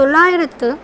தொள்ளாயிரத்து